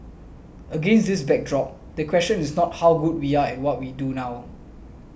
against this backdrop the question is not how good we are what we do now